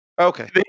Okay